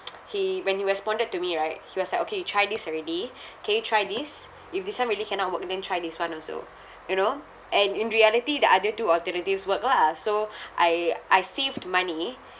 he when he responded to me right he was like okay you try this already K try this if this time really cannot work then try this [one] also you know and in reality the other two alternatives work lah so I I saved money